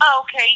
Okay